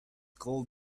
called